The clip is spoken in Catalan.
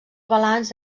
balanç